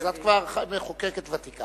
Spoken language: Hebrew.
אז את כבר מחוקקת ותיקה.